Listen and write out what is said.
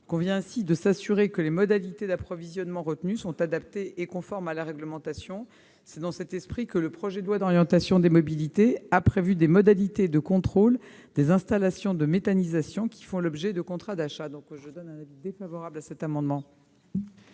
Il convient ainsi de s'assurer que les modalités d'approvisionnement retenues sont adaptées et conformes à la réglementation. C'est dans cet esprit que le projet de loi d'orientation des mobilités a prévu des modalités de contrôle des installations de méthanisation qui font l'objet de contrats d'achat. L'avis est défavorable. La parole est